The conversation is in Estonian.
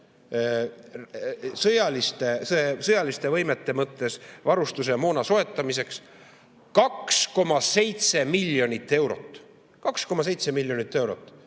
Sõjaliste võimete mõttes, varustuse ja moona soetamiseks – 2,7 miljonit eurot. 2,7 miljonit eurot!